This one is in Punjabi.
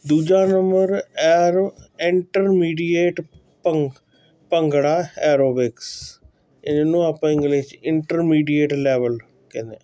ਦੂਜਾ ਨੰਬਰ ਐਰੋ ਐਂਟਰਮੀਡੀਏਟ ਭੰ ਭੰਗੜਾ ਐਰੋਬਿਕਸ ਇਹਨੂੰ ਆਪਾਂ ਇੰਗਲਿਸ਼ ਇੰਟਰਮੀਡੀਏਟ ਲੈਵਲ ਕਹਿੰਦੇ